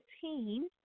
team